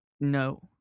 No